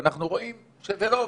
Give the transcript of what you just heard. ואנחנו רואים שזה לא עובד.